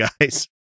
guys